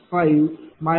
5454 0